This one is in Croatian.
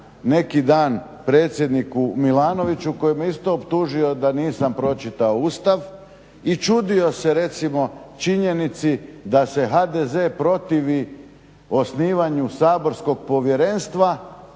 neki dan predsjedniku Milanoviću koji me isto optužio da nisam pročitao Ustav i čudio se recimo činjenici da se HDZ protivi osnivanju saborskog povjerenstva,